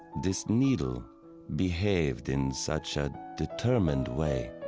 this needle behaved in such a determined way